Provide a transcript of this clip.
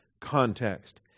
context